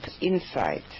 insight